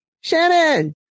shannon